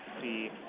see